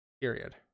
period